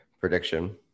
prediction